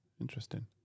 interesting